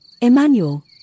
Emmanuel